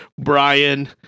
Brian